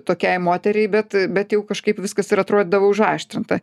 tokiai moteriai bet bet jau kažkaip viskas ir atrodydavo užaštrinta